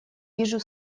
вижу